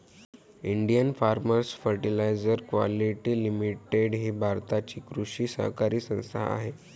Indian farmers fertiliser quality limited ही भारताची कृषी सहकारी संस्था आहे